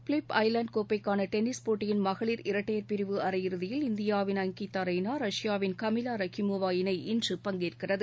Philip Island கோப்பைக்கான tennis போட்டியின் மகளிர் இரட்டையர் பிரிவு அரையிறுதியில் இந்தியாவின் அங்கிதா ரெய்னா ரஷ்யாவின் கமீலா ரக்கி மோவா இணை இன்று பங்கேற்கிறது